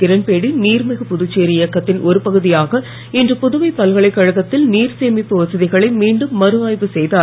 இரண்பேடி நீர்மிகு புதுச்சேரி இயக்கத்தின் ஒரு பகுதியாக இன்று புதுவைப் பல்கலைக்கழகத்தில் நீர் சேமிப்பு வசதிகளை மீண்டும் மறுஆய்வு செய்தார்